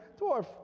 dwarf